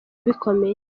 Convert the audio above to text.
bikomeye